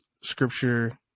scripture